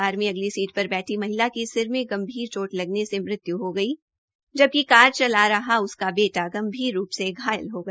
car में अगली seat पर बैठकी महिला की सिर में गंभीर चोट लगने से मृत्य् हो गई जबकि कार चला रहा उसका बेटा गंभीर रूप से घायल हो गया